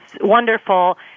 wonderful